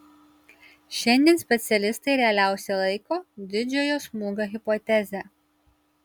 šiandien specialistai realiausia laiko didžiojo smūgio hipotezę